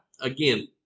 again